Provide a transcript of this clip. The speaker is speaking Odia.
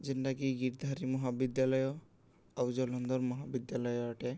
ଯେନ୍ଟାକି ଗୀରଧାରି ମହାବିଦ୍ୟାଳୟ ଆଉ ଜଲନ୍ଦର ମହାବିଦ୍ୟାଳୟ ଅଟେ